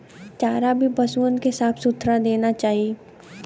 चारा भी पसुअन के साफ सुथरा देना चाही